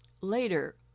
later